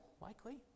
likely